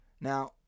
Now